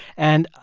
and,